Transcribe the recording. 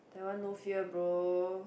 that one no fear bro